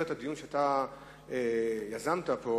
משהו על מסגרת הדיון שאתה יזמת פה.